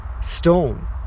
stone